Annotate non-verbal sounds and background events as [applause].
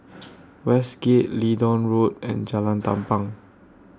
[noise] Westgate Leedon Road and Jalan Tampang